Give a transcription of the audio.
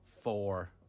Four